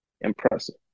Impressive